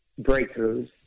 breakthroughs